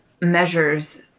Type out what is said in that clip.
measures